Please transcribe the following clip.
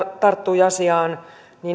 tarttui asiaan